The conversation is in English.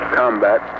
combat